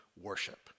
worship